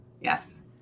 Yes